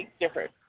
Different